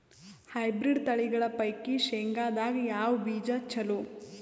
Hybrid ತಳಿಗಳ ಪೈಕಿ ಶೇಂಗದಾಗ ಯಾವ ಬೀಜ ಚಲೋ?